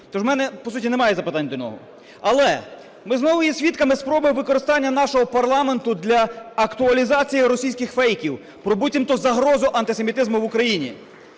Тож у мене по суті немає запитань до нього. Але ми знову є свідками спроби використання нашого парламенту для актуалізації російських фейків про буцімто загрозу антисемітизму в Україні.